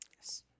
Yes